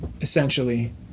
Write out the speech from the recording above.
essentially